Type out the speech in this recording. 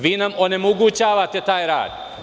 Vi nam onemogućavate taj rad.